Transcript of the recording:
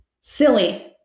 silly